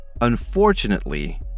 Unfortunately